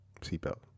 seatbelt